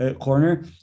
corner